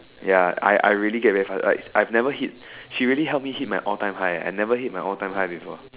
ya I I really get very fast like I I've never hit she really help me hit my all time high ah I never hit my all time high before